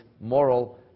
moral